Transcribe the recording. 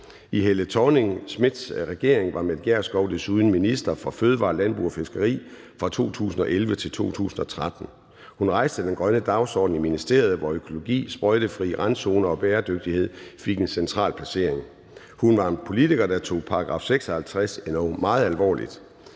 I Helle Thorning-Schmidts regering var Mette Gjerskov desuden minister for fødevarer, landbrug og fiskeri fra 2011 til 2013. Hun rejste den grønne dagsorden i ministeriet, hvor økologi, sprøjtefrie randzoner og bæredygtighed fik en central placering. Mette Gjerskov var en politiker, der tog grundlovens § 56 endog meget alvorligt.